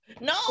No